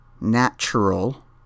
natural